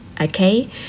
okay